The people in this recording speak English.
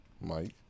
Mike